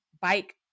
bike